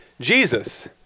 Jesus